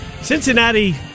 Cincinnati